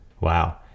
Wow